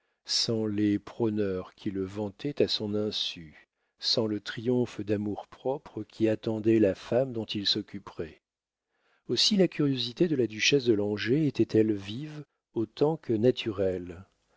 sans les prôneurs qui le vantaient à son insu sans le triomphe d'amour-propre qui attendait la femme dont il s'occuperait aussi la curiosité de la duchesse de langeais était-elle vive autant que naturelle